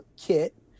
kit